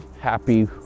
happy